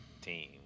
team